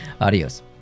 Adios